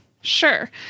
Sure